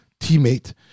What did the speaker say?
teammate